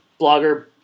blogger